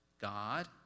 God